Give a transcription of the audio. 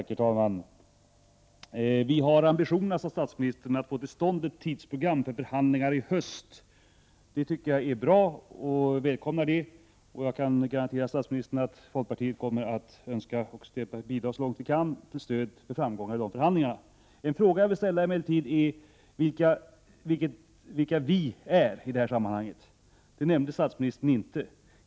Herr talman! Statsministern sade att vi har ambitionerna att få till stånd ett tidsprogram för förhandlingar i höst. Det tycker jag är bra och välkomnar det. Jag kan garantera statsministern att folkpartiet kommer att bidra så långt vi kan till stöd för framgångar i de förhandlingarna. Den fråga jag ställer är emellertid vilka som är ”vi” i sammanhanget. Det nämnde statsministern inte.